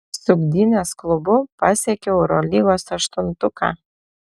su gdynės klubu pasiekiau eurolygos aštuntuką